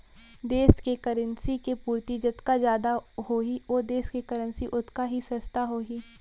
देस के करेंसी के पूरति जतका जादा होही ओ देस के करेंसी ओतका ही सस्ता होही